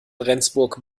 rendsburg